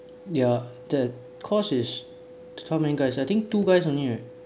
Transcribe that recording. ya that cause it's how many guys I think two guys only right